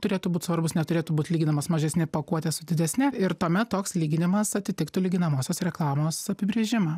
turėtų būt svarbus neturėtų būt lyginamas mažesnė pakuotė su didesne ir tuomet toks lyginimas atitiktų lyginamosios reklamos apibrėžimą